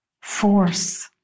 force